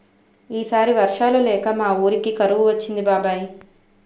ఈ సారి వర్షాలు లేక మా వూరికి కరువు వచ్చింది బాబాయ్